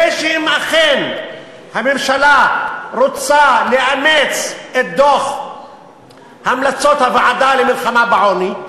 כדי שאם אכן הממשלה רוצה לאמץ את דוח המלצת הוועדה למלחמה בעוני,